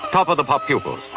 top of the pop pupils.